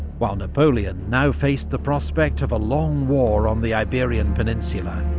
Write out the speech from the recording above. while napoleon now faced the prospect of a long war on the iberian peninsula,